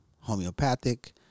homeopathic